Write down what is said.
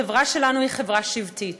החברה שלנו היא חברה שבטית,